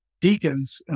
deacons